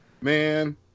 Man